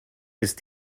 ist